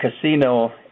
casino